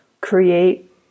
create